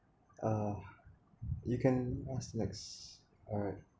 uh you can what's next uh